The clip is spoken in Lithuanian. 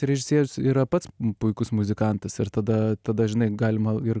režisierius yra pats puikus muzikantas ir tada tada žinai galima ir